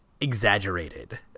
exaggerated